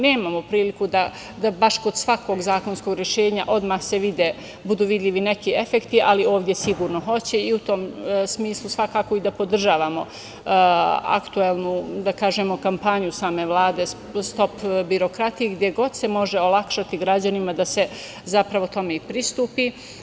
Nemamo priliku da baš kod svakog zakonskog rešenja budu vidljivi neki efekti, ali ovde sigurno hoće i u tom smislu podržavamo aktuelnu kampanju same Vlade „Stop birokratiji“, gde god se može olakšati građanima da se tome pristupi.